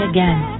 Again